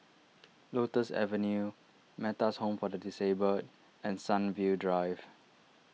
Lotus Avenue Metta's Home for the Disabled and Sunview Drive